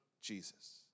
Jesus